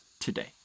today